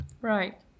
Right